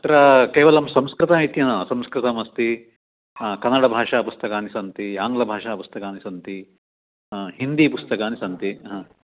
तत्र केवलं संस्कृत इति न संस्कृतमस्ति कन्नडभाषापुस्तकानि सन्ति आङ्ग्लभाषापुस्तकानि सन्ति हिन्दीपुस्तकानि सन्ति